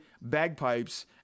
bagpipes